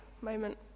moment